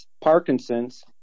Parkinson's